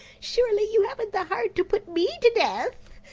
surely you haven't the heart to put me to death?